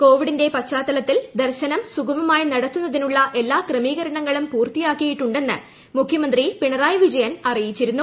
കോവിഡിന്റെ പശ്ചാത്തലത്തിൽ ദർശനം സുഗമമായി നടത്തുന്നതിനുള്ള എല്ലാ ക്രമീകരണങ്ങളും പൂർത്തിയാക്കിയിട്ടുണ്ടെന്ന് മുഖ്യമന്ത്രി പിണറായി വിജയൻ അറിയിച്ചിരുന്നു